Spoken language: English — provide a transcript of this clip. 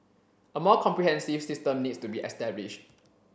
a more comprehensive system needs to be established